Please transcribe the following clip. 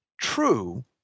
true